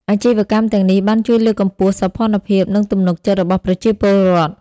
អាជីវកម្មទាំងនេះបានជួយលើកកម្ពស់សោភ័ណភាពនិងទំនុកចិត្តរបស់ប្រជាពលរដ្ឋ។